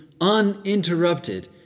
uninterrupted